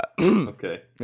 Okay